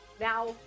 Now